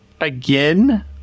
again